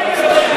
אני מודה לך.